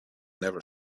never